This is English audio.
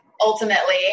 ultimately